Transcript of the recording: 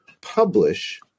publish –